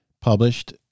published